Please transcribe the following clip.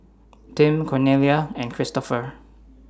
Tim Cornelia and Kristoffer